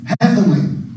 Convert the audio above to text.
heavenly